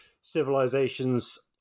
civilizations